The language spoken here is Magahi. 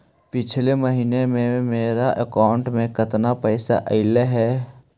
पिछले महिना में मेरा अकाउंट में केतना पैसा अइलेय हे?